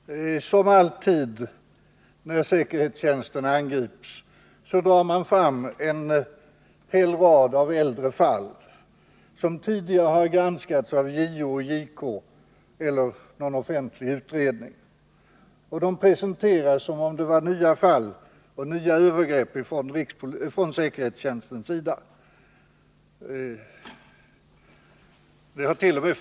Herr talman! Som alltid när säkerhetstjänsten angrips drar man fram en hel rad av äldre fall som tidigare granskats av JO, JK eller någon offentlig utredning. De presenteras som om det gällde nya fall och nya övergrepp från säkerhetstjänstens sida. Det hart.o.m.